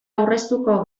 aurreztuko